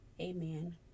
amen